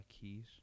Keys